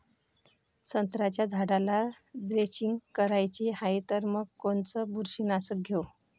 संत्र्याच्या झाडाला द्रेंचींग करायची हाये तर मग कोनच बुरशीनाशक घेऊ?